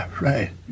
right